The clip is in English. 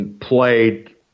played